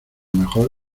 mejor